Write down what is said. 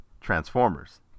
Transformers